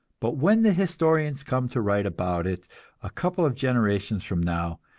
but when the historians come to write about it a couple of generations from now,